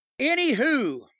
Anywho